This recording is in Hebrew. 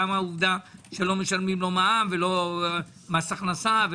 גם העובדה שלא משלמים לו מע"מ ולא מס הכנסה.